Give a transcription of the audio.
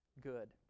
good